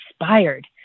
inspired